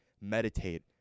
meditate